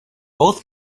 both